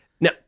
Now